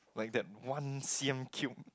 like that one C_M cude